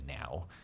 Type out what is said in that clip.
now